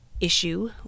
issue